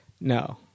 No